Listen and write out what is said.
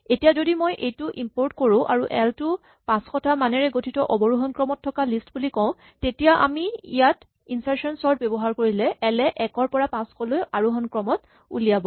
এতিয়া যদি মই এইটো ইমৰ্পট কৰো আৰু এল টো ৫০০ টা মানেৰে গঠিত অৱৰোহন ক্ৰমত থকা লিষ্ট বুলি কওঁ তেতিয়া আমি ইয়াত ইনৰ্চাচন চৰ্ট ব্যৱহাৰ কৰিলে এল এ ১ ৰ পৰা ৫০০ লৈ আৰোহন ক্ৰমত উলিয়াব